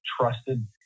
trusted